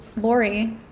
Lori